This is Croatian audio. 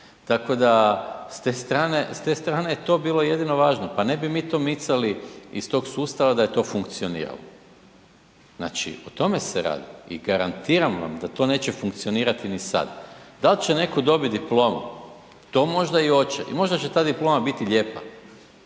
Tako da s te strane je to bilo jedino važno. Pa ne bi mi to micali iz tog sustava da je to funkcioniralo. Znači o tome se radi. I garantiram vam da to neće funkcionirati ni sad. Da li će netko dobiti diplomu to možda i hoće i možda će ta diploma biti lijepa